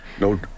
no